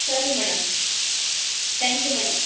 ಸರಿ madam thank you madam